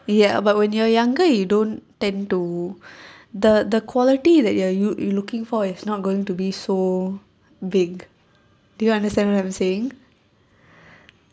ya but when you're younger you don't tend to the the quality that you are you looking for is not going to be so big do you understand what I'm saying